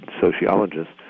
sociologists